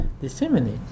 disseminate